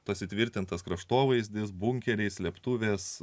pasitvirtintas kraštovaizdis bunkeriai slėptuvės